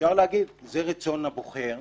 אפשר להגיד: זה רצון הבוחר,